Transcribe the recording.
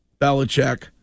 Belichick